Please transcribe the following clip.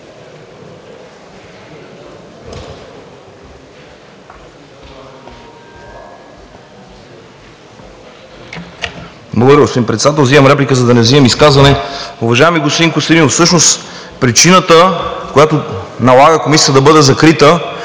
Благодаря, господин Председател. Взимам реплика, за да не взимам изказване. Уважаеми господин Костадинов, всъщност причината, която налага Комисията да бъде закрита